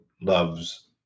loves